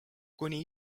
kuni